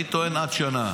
אני טוען: עד שנה.